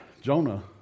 Jonah